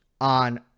on